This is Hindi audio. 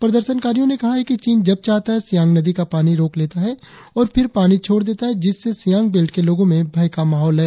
प्रदर्शनकारियों ने कहा है कि चीन जब चाहता है सियांग नदी का पानी रोक लेता है और फिर पानी छोड़ देता है जिससे सियांग बेल्ट के लोगों में भय का माहौल है